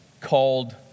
called